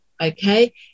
okay